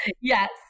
yes